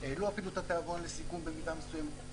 העלו אפילו את התיאבון לסיכון במידה מסוימת,